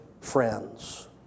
friends